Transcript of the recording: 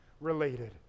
related